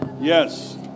Yes